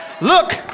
Look